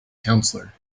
counselor